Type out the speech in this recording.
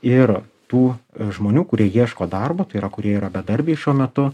ir tų žmonių kurie ieško darbo tai yra kurie yra bedarbiai šiuo metu